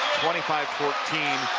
twenty five fourteen,